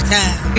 time